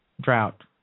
drought